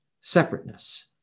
separateness